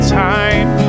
time